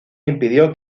impidió